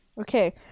Okay